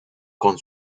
con